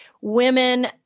women